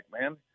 man